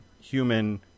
human